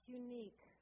unique